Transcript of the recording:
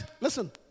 listen